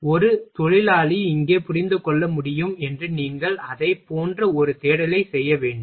எனவே ஒரு தொழிலாளி இங்கே புரிந்து கொள்ள முடியும் என்று நீங்கள் அதைப் போன்ற ஒரு தேடலை செய்ய வேண்டும்